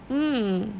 mm